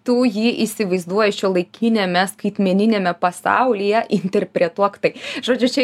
tu jį įsivaizduoji šiuolaikiniame skaitmeniniame pasaulyje interpretuok tai žodžiu čia